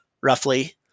roughly